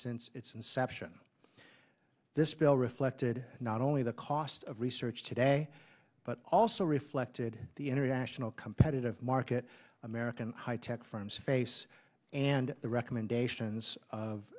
since its inception this bill reflected not only the cost of research today but also reflected the international competitive market american high tech firms face and the recommendations of